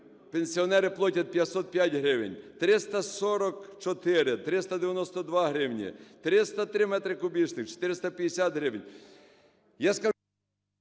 пенсіонери платять 505 гривень, 344 – 392 гривні, 303 метри кубічних – 450 гривень.